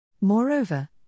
Moreover